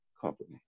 company